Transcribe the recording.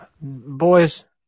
boys